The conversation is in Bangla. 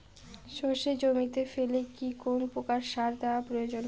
সর্ষে জমিতে ফেলে কি কোন প্রকার সার দেওয়া প্রয়োজন?